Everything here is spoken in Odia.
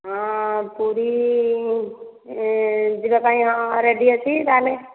ହଁ ପୁରୀ ଯିବା ପାଇଁ ହଁ ରେଡ଼ି ଅଛି ତାହେଲେ